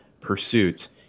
pursuits